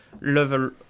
level